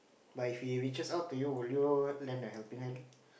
but if he reaches out to you would you lend a helping hand